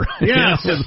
Yes